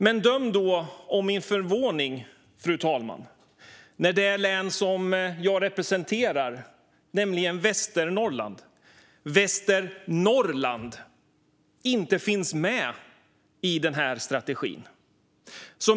Men döm om min förvåning, fru talman, när jag såg att det län som jag representerar - Västernorrland - inte finns med i denna strategi.